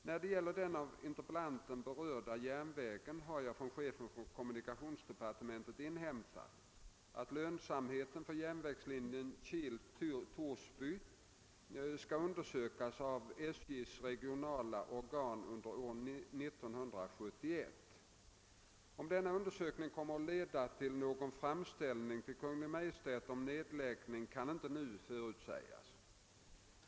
När det gäller den av interpellanten berörda järnvägen har jag från chefen för kommunikationsdepartementet inhämtat att lönsamheten för järnvägslinjen Kil Torsby skall undersökas av SJ:s regionala organ under år 1971. Om denna undersökning kommer att leda till någon framställning till Kungl. Maj:t om nedläggning kan inte nu förutsägas.